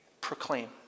proclaim